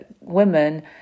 women